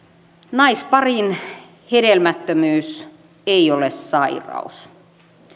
naisparin hedelmättömyys ei ole sairaus